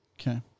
Okay